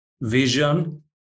vision